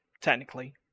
technically